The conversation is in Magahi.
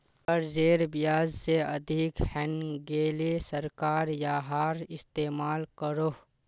कर्जेर ब्याज से अधिक हैन्गेले सरकार याहार इस्तेमाल करोह